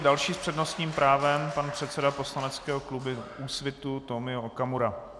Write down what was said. Další s přednostním právem, pan předseda poslaneckého klubu Úsvitu Tomio Okamura.